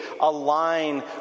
align